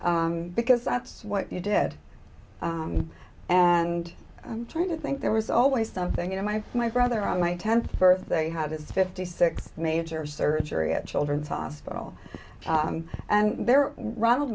know because that's what you did and i'm trying to think there was always something you know my my brother on my tenth birthday had is fifty six major surgery at children's hospital and there ronald